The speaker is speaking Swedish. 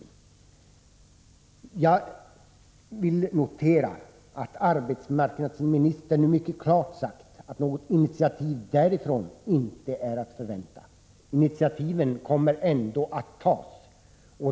109 Jag noterar att arbetsmarknadsministern mycket klart uttalar att något initiativ inte är att förvänta från departementet. Initiativ kommer ändå att tas.